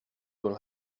will